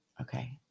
okay